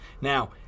Now